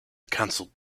canceled